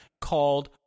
called